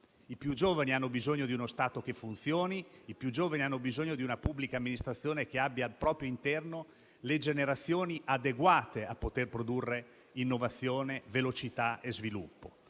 i più giovani, che hanno bisogno di uno Stato che funzioni, di una pubblica amministrazione che abbia al proprio interno generazioni adeguate a poter produrre innovazione, velocità e sviluppo.